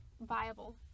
viable